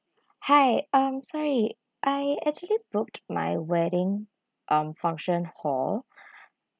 hi um sorry I actually booked my wedding um function hall